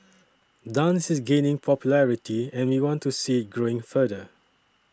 dance is gaining popularity and we want to see it growing further